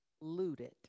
looted